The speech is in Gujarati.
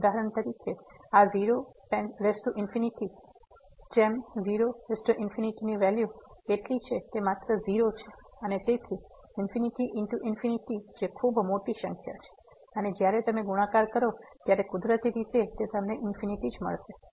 ઉદાહરણ તરીકે આ 0 0 ની વેલ્યુ કેટલી છે તે માત્ર 0 છે અને તેથી ∞×∞ જે ખૂબ મોટી સંખ્યા છે અને જયારે તમે ગુણાકાર કરો ત્યારે કુદરતી રીતે તમને મળશે ∞